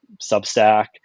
Substack